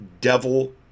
devil